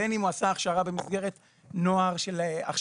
בין אם הוא עשה הכשרה במסגרת נוער של הכשרה